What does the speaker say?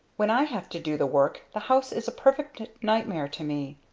when i have to do the work, the house is a perfect nightmare to me!